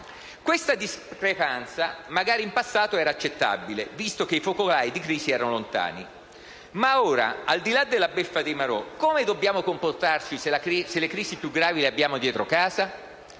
Questa discrepanza magari in passato era accettabile, visto che i focolai di crisi erano lontani. Ma ora, al di là della beffa dei marò, come dobbiamo comportarci se le crisi più gravi le abbiamo dietro casa?